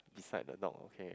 beside the dog okay